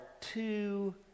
two